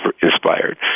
inspired